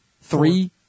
Three